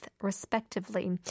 respectively